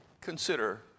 consider